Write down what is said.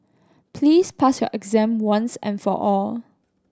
please pass your exam once and for all